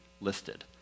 listed